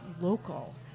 local